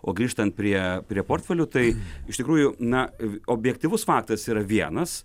o grįžtant prie prie portfelių tai iš tikrųjų na objektyvus faktas yra vienas